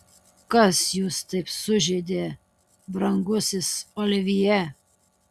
kas jūs taip sužeidė brangusis olivjė